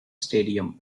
stadium